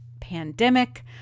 pandemic